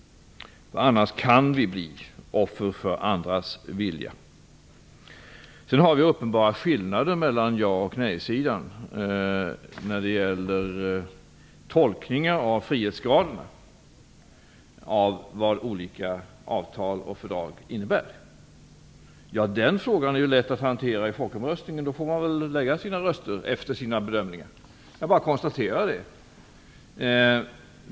Annars kan vi bli offer för andras vilja. Det finns uppenbara skillnader mellan ja och nejsidan när det gäller tolkningar av frihetsgrader, av vad olika avtal och fördrag innebär. Den frågan är lätt att hantera i folkomröstningen. Man får väl lägga sin röst efter sina bedömningar. Jag bara konstaterar det.